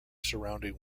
surrounding